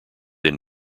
then